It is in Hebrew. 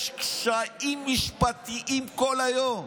יש קשיים משפטיים כל היום.